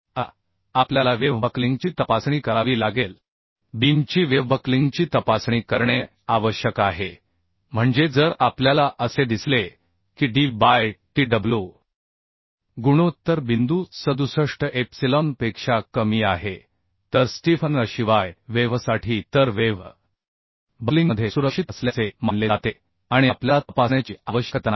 आता आपल्याला वेव्ह बक्लिंगची तपासणी करावी लागेल बीमची वेव्ह बक्लिंगची तपासणी करणे आवश्यक आहे म्हणजे जर आपल्याला असे दिसले की d बाय Tw गुणोत्तर बिंदू 67 एप्सिलॉनपेक्षा कमी आहे तर स्टिफनरशिवाय वेव्हसाठी तर वेव्ह बक्लिंगमध्ये सुरक्षित असल्याचे मानले जाते आणि आपल्याला तपासण्याची आवश्यकता नाही